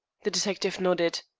the detective nodded.